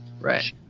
Right